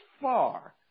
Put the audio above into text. far